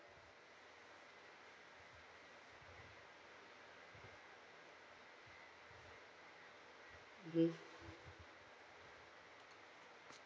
mmhmm